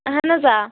اَہَن حظ آ